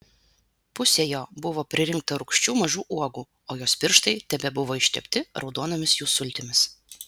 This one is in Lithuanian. pusė jo buvo pririnkta rūgščių mažų uogų o jos pirštai tebebuvo ištepti raudonomis jų sultimis